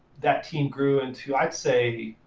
that team grew into, i'd say,